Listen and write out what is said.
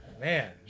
Man